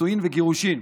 נישואין וגירושין)",